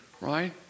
Right